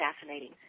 fascinating